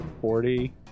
forty